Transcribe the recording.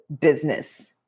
business